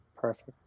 Perfect